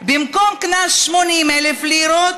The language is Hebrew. "(2) במקום 'קנס 80,000 לירות'